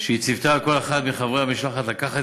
שהיא ציוותה על כל אחד מחברי המשלחת לקחת